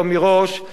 מרגע זה,